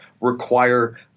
require